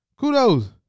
Kudos